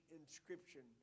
inscription